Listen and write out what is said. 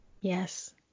Yes